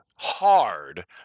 hard